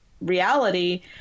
reality